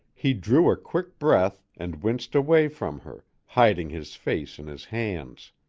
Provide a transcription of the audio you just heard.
he drew a quick breath and winced away from her, hiding his face in his hands.